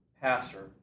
pastor